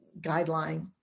guideline